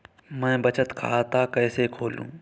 मैं बचत खाता कैसे खोलूं?